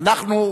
אנחנו,